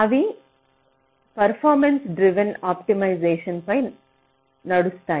అవి performance driven optimisation పై నడుస్తాయి